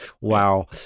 Wow